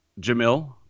Jamil